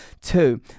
Two